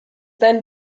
then